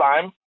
time